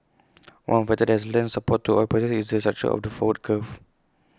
one factor that has lent support to oil prices is the structure of the forward curve